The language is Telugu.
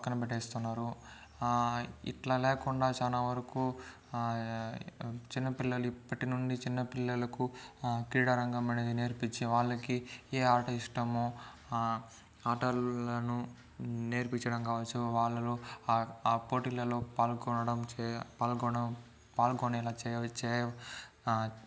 పక్కన పెట్టేస్తున్నారు ఇట్లా లేకుండా చానా వరకు చిన్నపిల్లలు ఇప్పటి నుండి చిన్నపిల్లలకు క్రీడారంగమనేది నేర్పిచ్చి వాళ్ళకి ఏ ఆట ఇష్టము ఆటల్లను నేర్పిచ్చడం కావచ్చు వాళ్ళలో ఆ ఆ పోటీలల్లో పాల్గొనడం చేయ పాల్గోడం పాల్గునేలా చేయ చేయ